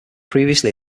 previously